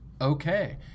Okay